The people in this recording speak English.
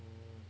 um